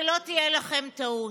שלא תהיה לכם טעות,